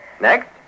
Next